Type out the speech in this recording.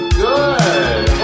good